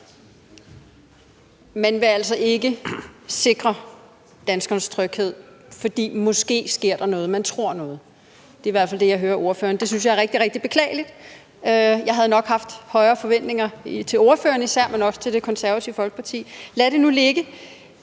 Man vil altså ikke sikre danskernes tryghed, fordi der måske sker noget. Man tror noget. Det er i hvert fald det, jeg hører ordføreren sige. Det synes jeg er rigtig, rigtig beklageligt. Jeg havde nok haft højere forventninger til især ordføreren, men også til Det Konservative Folkeparti. Lad nu det ligge.